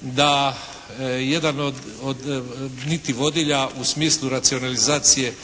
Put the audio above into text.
da jedan od niti vodilja u smislu racionalizacije